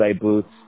boots